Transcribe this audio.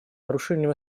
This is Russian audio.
нарушением